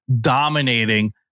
dominating